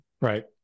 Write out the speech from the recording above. Right